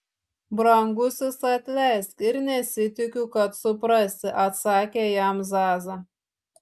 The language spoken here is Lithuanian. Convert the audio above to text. brangusis atleisk ir nesitikiu kad suprasi atsakė jam zaza